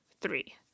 three